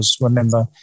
remember